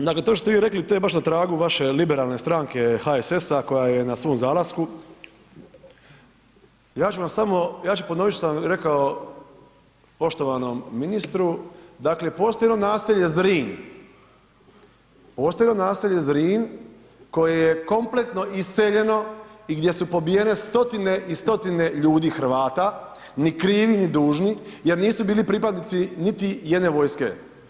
Kolega Lenart, dakle to što ste vi rekli to je baš na tragu vaše liberalne stranke HSS-a koja je na svom zalasku, ja ću vam samo, ja ću ponovit što vam je rekao poštovanom ministru, dakle postoji jedno naselje Zrin, postoji jedno naselje Zrin koje je kompletno iseljeno i gdje su pobijene stotine i stotine ljudi Hrvata ni krivi, ni dužni jer nisu bili pripadnici niti jedne vojske.